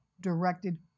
directed